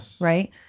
right